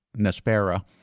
nespera